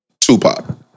Tupac